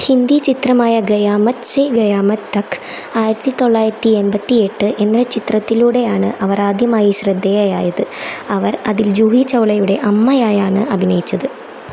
ഹിന്ദി ചിത്രമായ ഖയാമത്ത് സേ ഖയാമത് തക് ആയിരത്തി തൊള്ളായിരത്തി എൺപത്തി എട്ട് എന്ന ചിത്രത്തിലൂടെയാണ് അവർ ആദ്യമായി ശ്രദ്ധേയയായത് അവർ അതിൽ ജൂഹി ചൗളയുടെ അമ്മയായാണ് അഭിനയിച്ചത്